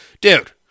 dude